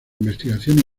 investigación